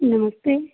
नमस्ते